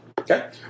Okay